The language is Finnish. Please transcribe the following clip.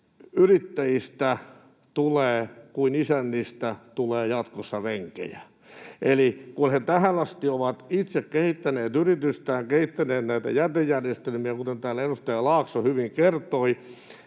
Yrittäjistä tulee jatkossa kuin isännistä renkejä, eli kun he tähän asti ovat itse kehittäneet yritystään, kehittäneet näitä jätejärjestelmiä, kuten täällä edustaja Laakso hyvin kertoi,